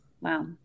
Wow